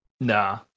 Nah